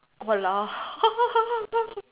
!walao!